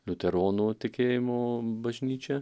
liuteronų tikėjimo bažnyčia